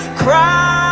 christ